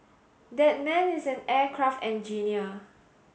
that man is an aircraft engineer